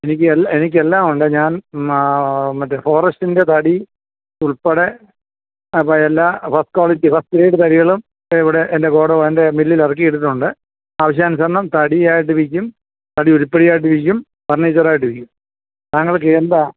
എനിക്ക് എല്ലാ എനിക്ക് എല്ലാമുണ്ട് ഞാൻ മറ്റേ ഫോറെസ്റ്റിൻ്റെ തടി ഉൾപ്പെടെ അപ്പം എല്ലാ ഫസ്റ്റ് ക്വാളിറ്റി ഫസ്റ്റ് ചെയ്തു തടികളും ഒക്കെ ഇവിടെ എൻ്റെ ഗോഡൗൺ എൻ്റെ മില്ലിൽ ഇറക്കിയിട്ടിട്ടുണ്ട് ആവശ്യാനുസരണം തടിയായിട്ട് വിൽക്കും തടി ഉരുപ്പടിയായിട്ട് വിൽക്കും ഫർണീച്ചറായിട്ട് വിൽക്കും താങ്കൾക്ക് എന്താണ്